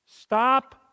Stop